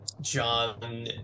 John